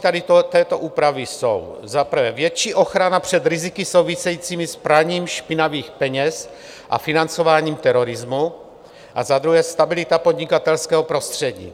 Přínosy tady této úpravy jsou: za prvé, větší ochrana před riziky souvisejícími s praním špinavých peněz a financováním terorismu, a za druhé, stabilita podnikatelského prostředí.